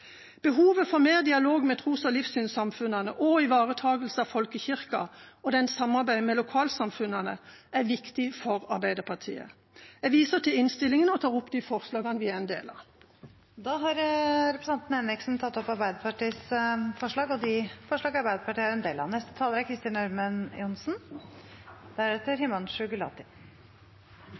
Behovet for mer dialog med tros- og livssynssamfunnene og ivaretakelse av folkekirken og dens samarbeid med lokalsamfunnene er viktig for Arbeiderpartiet. Jeg viser til innstillinga og tar opp de forslagene vi er en del av. Da har representanten Kari Henriksen tatt opp Arbeiderpartiets forslag og de forslag Arbeiderpartiet er en del av. Ja, kjære forsamling: Dette er